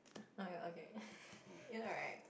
oh ya okay you know right